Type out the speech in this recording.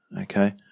okay